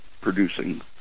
producing